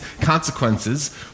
consequences